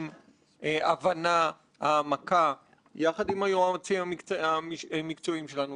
אומר את זה לציבור ולכם העיתונאים ולנו חברי הכנסת את האופן הלא תקין